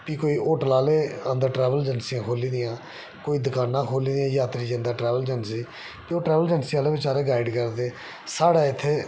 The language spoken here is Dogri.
फ्ही कोई होटल आह्ले अंदर ट्रैवल एजेंसियां खोह्ली दियां कोई दकानां खोह्ली दियां